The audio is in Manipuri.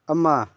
ꯑꯃ